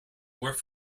work